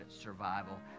survival